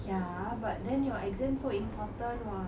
ya but then your exam so important what